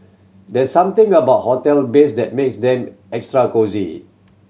there's something about hotel beds that makes them extra cosy